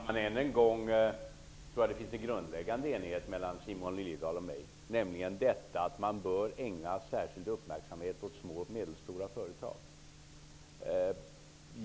Fru talman! Jag tror att det finns en grundläggande enighet mellan Simon Liliedahl och mig, nämligen att man bör ägna särskild uppmärksamhet åt små och medelstora företag.